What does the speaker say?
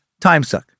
timesuck